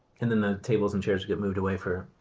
and then the tables and chairs get moved away for